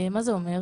מה זה אומר?